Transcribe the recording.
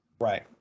right